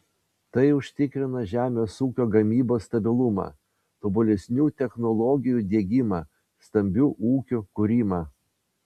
tai užtikrina žemės ūkio gamybos stabilumą tobulesnių technologijų diegimą stambių ūkių kūrimą